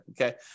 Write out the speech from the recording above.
okay